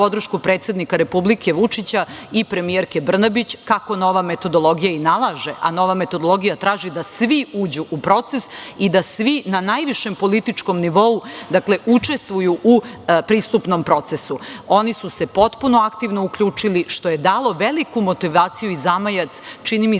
podršku predsednika Republike, Vučića, i premijerke Brnabić, kako nova metodologija i nalaže, a nova metodologija traži da svi uđu u proces i da svi na najvišem političkom nivou, dakle, učestvuju u pristupnom procesu. Oni su se potpuno aktivno uključili, što je dalo veliku motivaciju i zamajac, čini mi